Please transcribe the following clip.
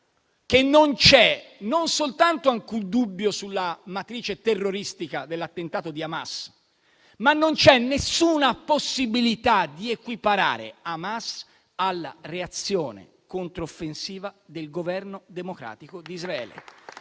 che non c'è alcun dubbio sulla matrice terroristica dell'attentato di Hamas, ma anche che non c'è nemmeno alcuna possibilità di equiparare Hamas alla reazione controffensiva del Governo democratico di Israele.